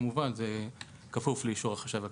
כמובן שזה כפוף לאישור החשב הכללי.